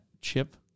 Chip